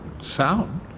Sound